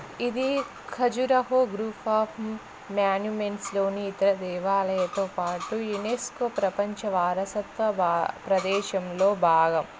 ఇది Khajuraho group of మాన్యుమెంట్స్లోని ఇతర దేవాలయాలతో పాటు యునెస్కో ప్రపంచ వారసత్వ ప్రదేశంలో భాగం